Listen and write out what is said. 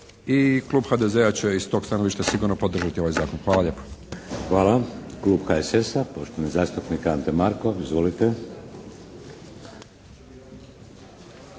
I klub HDZ-a će iz tog stanovišta sigurno podržati ovaj zakon. Hvala lijepo. **Šeks, Vladimir (HDZ)** Hvala. Klub HSS-a, poštovani zastupnik Ante Markov. Izvolite.